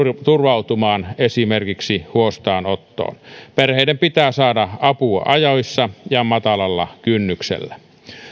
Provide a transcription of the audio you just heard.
turvautumaan esimerkiksi huostaanottoon perheiden pitää saada apua ajoissa ja matalalla kynnyksellä